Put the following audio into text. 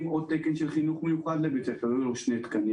עוד תקן של חינוך מיוחד לבית ספר שהיו לו שני תקנים,